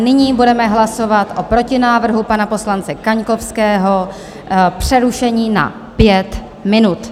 Nyní budeme hlasovat o protinávrhu pana poslance Kaňkovského přerušení na 5 minut.